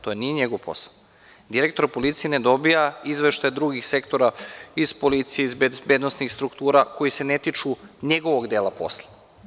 To nije njegov posao. direktor policije ne dobija izveštaje drugih sektora, iz policije, iz bezbednosnih struktura, koji se ne tiču njegovog dela posla.